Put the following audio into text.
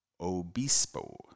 Obispo